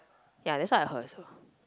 ya that's what I heard also